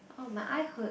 oh my eye hurt